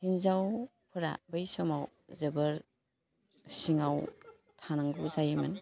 हिन्जावफोरा बै समाव जोबोर सिङाव थानांगौ जायोमोन